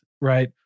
right